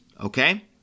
okay